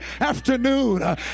afternoon